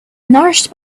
nourished